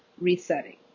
resetting